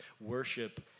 Worship